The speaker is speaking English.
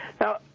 now